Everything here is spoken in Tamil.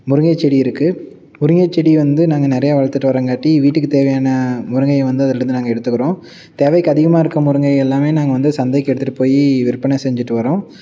முருங்கை செடி இருக்கு முருங்கை செடி வந்து நாங்கள் நிறைய வளர்த்துட்டு வரங்காட்டி வீட்டுக்கு தேவையான முருங்கையை வந்து அதிலிருந்து நாங்கள் எடுத்துக்கிறோம் தேவைக்கு அதிகமாக இருக்கிற முருங்கையை எல்லாம் நாங்கள் வந்து சந்தைக்கு எடுத்துகிட்டு போய் விற்பனை செஞ்சுட்டு வரோம்